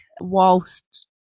whilst